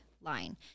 line